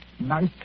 Nice